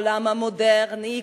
העולם המודרני,